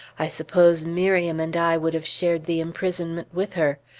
i suppose miriam and i would have shared the imprisonment with her.